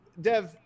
Dev